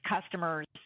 customers